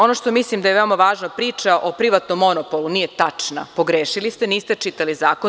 Ono što mislim da je veoma važna priča o privatnom monopolu, nije tačna, pogrešili ste, niste čitali zakon.